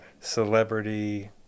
Celebrity